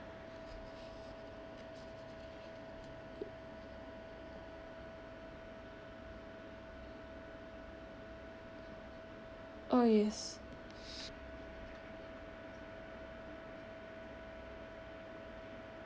oh yes